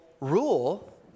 rule